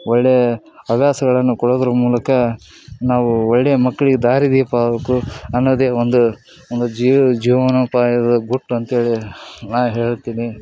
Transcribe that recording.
ಒಳ್ಳೆ ಹವ್ಯಾಸಗಳನ್ನು ಕೊಡೋದ್ರ ಮೂಲಕ ನಾವು ಒಳ್ಳೆಯ ಮಕ್ಳಿಗೆ ದಾರಿದೀಪವಾಗಬೇಕು ಅನ್ನೋದೇ ಒಂದು ಒಂದು ಜೀವನೋಪಾಯದ ಗುಟ್ಟು ಅಂಥೇಳಿ ನಾನು ಹೇಳ್ತೀನಿ